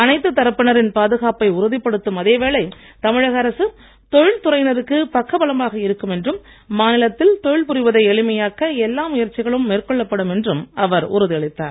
அனைத்துத் தரப்பினரின் பாதுகாப்பை உறுதிப்படுத்தும் அதே வேளை தமிழக அரசு தொழில் துறையினருக்கு பக்கபலமாக இருக்கும் என்றும் மாநிலத்தில் தொழில் புரிவதை எளிமையாக்க எல்லா முயற்சிகளும் மேற்கொள்ளப் படும் என்றும் அவர் உறுதி அளித்தார்